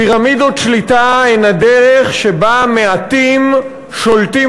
פירמידות שליטה הן הדרך שבה מעטים שולטים